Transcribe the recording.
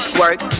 work